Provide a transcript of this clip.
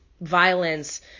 violence